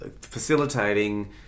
facilitating